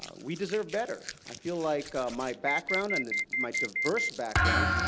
we deserve better. i feel like ah my background, and ah my diverse background,